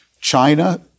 China